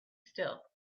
still